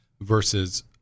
versus